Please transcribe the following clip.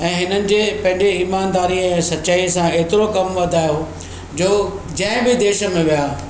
ऐं हिननि जे पंहिंजे ईमानदारीअ ऐं सचाईअ सां एतिरो कमु वधायो जो जंहिं बि देश में विया